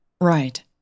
Right